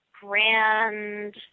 grand